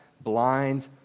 blind